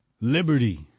liberty